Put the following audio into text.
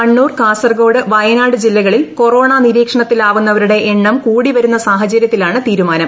കണ്ണൂർ കാസർകോട് വയനാട് ജ്ട്രീല്ല്കളിൽ കോറോണ നിരീക്ഷണത്തിൽ ആവുന്നവരുടെ എണ്ണം കൂടി വരുന്ന സാഹചര്യത്തിലാണ് തീരുമാനം